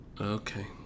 Okay